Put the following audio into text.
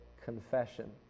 confession